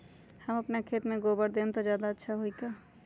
हम अपना खेत में गोबर देब त ज्यादा अच्छा होई का?